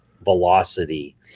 velocity